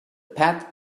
pat